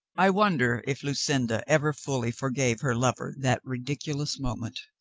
i wonder if lucinda ever fully forgave her lover that ridiculous moment.